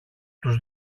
τους